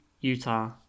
Utah